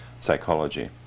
Psychology